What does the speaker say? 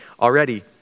already